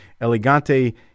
Elegante